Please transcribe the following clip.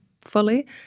fully